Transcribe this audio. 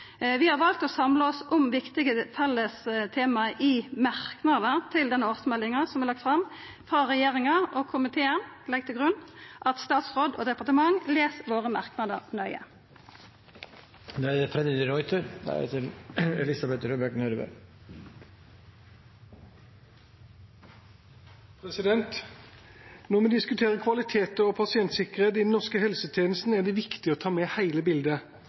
Vi har valt å samla oss om viktige felles tema i merknader til denne årsmeldinga som er lagd fram frå regjeringa, og komiteen legg til grunn at statsråden og departementet les merknadene våre nøye. Når vi diskuterer kvalitet og pasientsikkerhet i den norske helsetjenesten, er det viktig å ta med hele bildet.